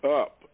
up